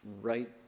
right